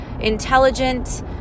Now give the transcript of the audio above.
intelligent